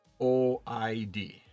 OID